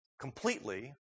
completely